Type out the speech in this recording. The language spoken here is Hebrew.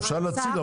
אפשר להציג,